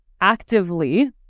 actively